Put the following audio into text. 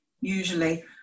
Usually